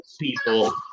people